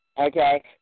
okay